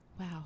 Wow